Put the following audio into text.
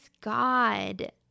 God